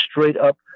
straight-up